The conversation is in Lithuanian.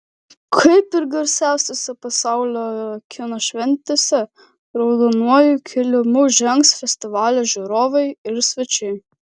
kaip ir garsiausiose pasaulio kino šventėse raudonuoju kilimu žengs festivalio žiūrovai ir svečiai